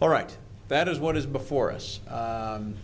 all right that is what is before us